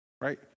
right